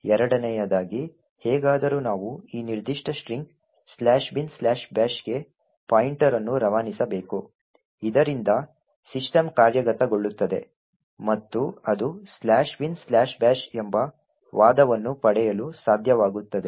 ಎರಡನೆಯದಾಗಿ ಹೇಗಾದರೂ ನಾವು ಈ ನಿರ್ದಿಷ್ಟ ಸ್ಟ್ರಿಂಗ್ binbash ಗೆ ಪಾಯಿಂಟರ್ ಅನ್ನು ರವಾನಿಸಬೇಕು ಇದರಿಂದ ಸಿಸ್ಟಮ್ ಕಾರ್ಯಗತಗೊಳ್ಳುತ್ತದೆ ಮತ್ತು ಅದು binbash ಎಂಬ ವಾದವನ್ನು ಪಡೆಯಲು ಸಾಧ್ಯವಾಗುತ್ತದೆ